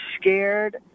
scared